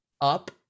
up